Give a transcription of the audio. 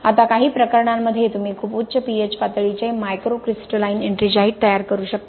आता काही प्रकरणांमध्ये तुम्ही खूप उच्च pH पातळीचे मायक्रोक्रिस्टलाइन एट्रिंजाइट तयार करू शकता